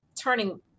turning